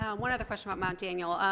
one other question mount mount daniel.